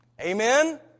Amen